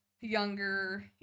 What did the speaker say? younger